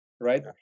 right